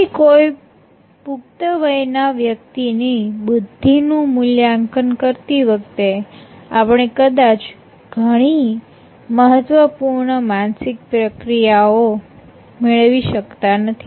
તેથી કોઈ પુખ્ત વયના વ્યક્તિ ની બુદ્ધિનું મૂલ્યાંકન કરતી વખતે આપણે કદાચ ઘણી મહત્વપૂર્ણ માનસિક પ્રક્રિયા ઓ મેળવી શકતા નથી